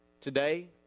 today